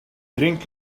drink